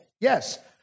Yes